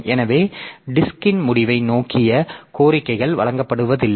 எனவே டிஸ்க்ன் முடிவை நோக்கிய கோரிக்கைகள் வழங்கப்படுவதில்லை